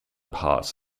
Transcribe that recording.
parts